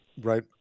Right